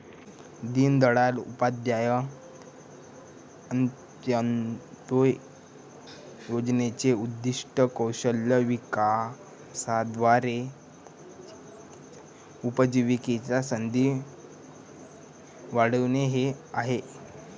दीनदयाळ उपाध्याय अंत्योदय योजनेचे उद्दीष्ट कौशल्य विकासाद्वारे उपजीविकेच्या संधी वाढविणे हे आहे